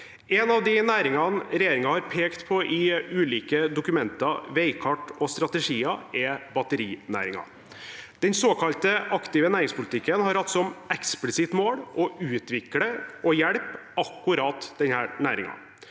En av de næringene regjeringen har pekt på i ulike dokumenter, veikart og strategier, er batterinæringen. Den såkalte aktive næringspolitikken har hatt som eksplisitt mål å utvikle og hjelpe akkurat denne næringen.